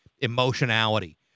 emotionality